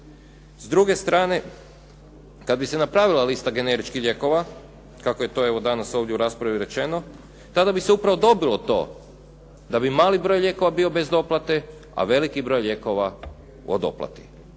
S druge strane, kad bi se napravila lista generičkih lijekova kako je to evo danas ovdje u raspravi rečeno tada bi se upravo dobilo to da bi mali broj lijekova bio bez doplate a veliki broj lijekova o doplati.